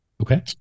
Okay